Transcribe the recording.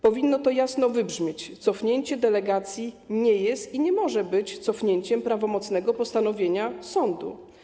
Powinno to głośno wybrzmieć: Cofnięcie delegacji nie jest i nie może być cofnięciem prawomocnego postanowienia sądu.